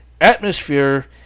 atmosphere